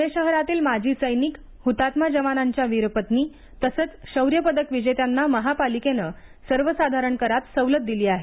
पुणे शहरातील माजी सैनिक हुतात्मा जवानांच्या वीरपत्नी तसंच शौर्य पदकविजेत्यांना महापालिकेनं सर्वसाधारण करात सवलत दिली आहे